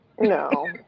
No